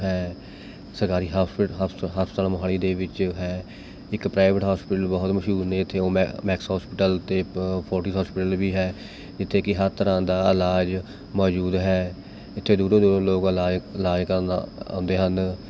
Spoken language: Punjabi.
ਹੈ ਸਰਕਾਰੀ ਹਸਪਿਟ ਹਸ ਹਸਪਤਾਲ ਮੋਹਾਲੀ ਦੇ ਵਿੱਚ ਹੈ ਇੱਕ ਪ੍ਰਾਈਵੇਟ ਹੋਸਪੀਟਲ ਬਹੁਤ ਮਸ਼ਹੂਰ ਨੇ ਇੱਥੇ ਮੈ ਮੈਕਸ ਹੋਸਪੀਟਲ ਅਤੇ ਪ ਫੌਰਟੀਜ਼ ਹੋਸਪੀਟਲ ਵੀ ਹੈ ਜਿੱਥੇ ਕਿ ਹਰ ਤਰ੍ਹਾਂ ਦਾ ਇਲਾਜ ਮੌਜੂਦ ਹੈ ਇੱਥੇ ਦੂਰੋਂ ਦੂਰੋਂ ਲੋਕ ਇਲਾਜ ਇਲਾਜ ਕਰਨ ਆ ਆਉਂਦੇ ਹਨ